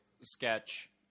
sketch